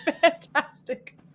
Fantastic